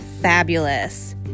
fabulous